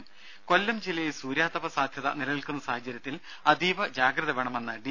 രുര കൊല്ലം ജില്ലയിൽ സൂര്യാതപ സാധ്യത നിലനിൽക്കുന്ന സാഹചര്യത്തിൽ അതീവ ജാഗ്രത വേണമെന്ന് ഡി